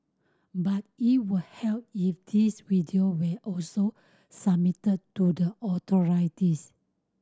but it would help if these video were also submitted to the authorities